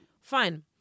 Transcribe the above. Fine